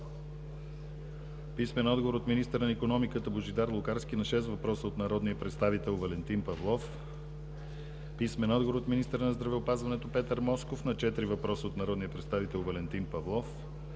писмен отговор от министъра на икономиката Божидар Лукарски на шест въпроса от народния представител Валентин Павлов; - писмен отговор от министъра на здравеопазването Петър Москов на четири въпроса от народния представител Валентин Павлов;